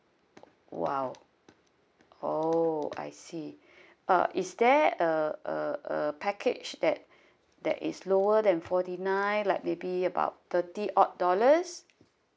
!wow! oh I see uh is there a a a package that that is lower than forty nine like maybe about thirty odd dollars